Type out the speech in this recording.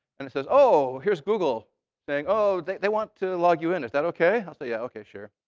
and it says, oh, here's google saying, oh, they want to log you in. is that ok? i'll say, yeah, ok, sure.